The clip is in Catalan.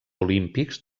olímpics